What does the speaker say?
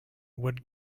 would